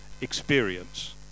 experience